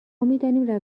میدانیم